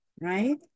right